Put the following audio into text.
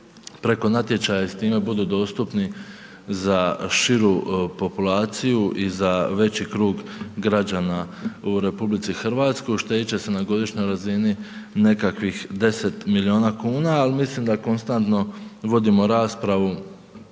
preko natječaja i s time budu dostupni za širu populaciju i za veći krug građana u RH, uštedjeti će se na godišnjoj razini nekakvih 10 milijuna kuna, ali mislim da konstanto vodimo raspravu